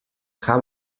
kam